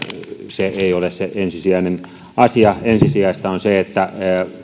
se ei ole se ensisijainen asia ensisijaista on se että